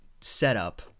setup